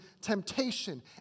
temptation